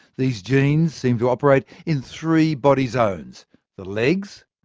these genes seem to operate in three body zones the legs,